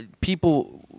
people